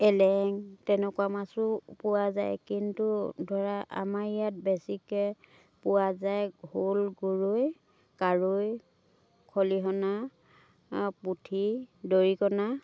এলেং তেনেকুৱা মাছো পোৱা যায় কিন্তু ধৰা আমাৰ ইয়াত বেছিকৈ পোৱা যায় শ'ল গৰৈ কাৱৈ খলিহনা পুঠি দৰিকনা